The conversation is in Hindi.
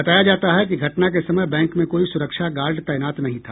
बताया जाता है कि घटना के समय बैंक में कोई सुरक्षा गार्ड तैनात नहीं था